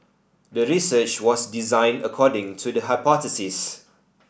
the research was designed according to the hypothesis